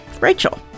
Rachel